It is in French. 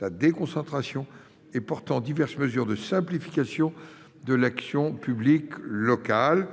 la déconcentration et portant diverses mesures de simplification de l'action publique locale